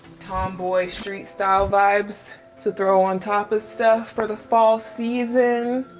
tomboy street style vibes to throw on top of stuff for the fall season,